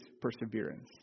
perseverance